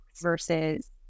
versus